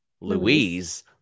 Louise